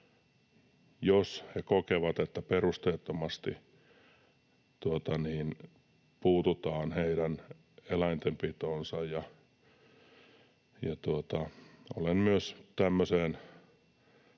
jos he kokevat, että perusteettomasti puututaan heidän eläintenpitoonsa. Olen myös tämmöiseen